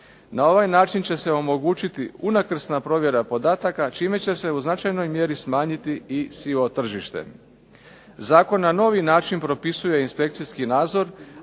Na ovaj način će se omogućiti unakrsna provjera podataka čime će se u značajnoj mjeri smanjiti i sivo tržište. Zakon na novi način propisuje inspekcijski nadzor,